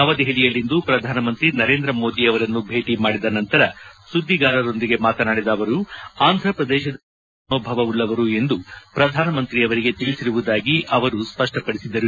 ನವದೆಹಲಿಯಲ್ಲಿಂದು ಪ್ರಧಾನಮಂತ್ರಿ ನರೇಂದ್ರ ಮೋದಿ ಅವರನ್ನು ಭೇಟಿ ಮಾಡಿದ ನಂತರ ಸುದ್ದಿಗಾರರೊಂದಿಗೆ ಮಾತನಾಡಿದ ಅವರು ಆಂಧ್ರ ಪ್ರದೇಶದ ಜನತೆ ಉದಾತ್ತ ಮನೋಭಾವವುಳವರು ಎಂದು ಪ್ರಧಾನಮಂತ್ರಿ ಅವರಿಗೆ ತಿಳಿಸಿರುವುದಾಗಿ ಅವರು ಸ್ಪಷ್ಟಪಡಿಸಿದರು